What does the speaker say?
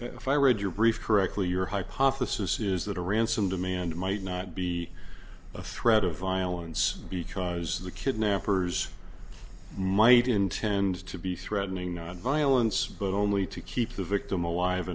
if i read your brief correctly your hypothesis is that a ransom demand might not be a threat of violence because the kidnappers might intend to be threatening not violence but only to keep the victim alive